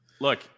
Look